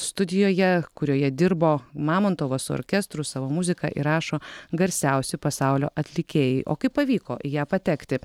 studijoje kurioje dirbo mamontovas su orkestru savo muziką įrašo garsiausi pasaulio atlikėjai o kaip pavyko į ją patekti